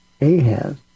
Ahab